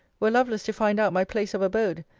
were lovelace to find out my place of abode,